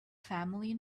family